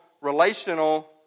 relational